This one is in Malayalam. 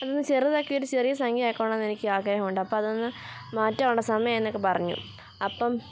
അതൊന്ന് ചെറുതാക്കിയിട്ട് ചെറിയ സംഖ്യ ആക്കണമെന്നെനിക്ക് ആഗ്രഹമുണ്ട് അപ്പതൊന്ന് മാറ്റാനുള്ള സമയമായി എന്നൊക്കെ പറഞ്ഞു അപ്പം